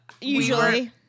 Usually